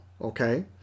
okay